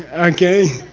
and okay?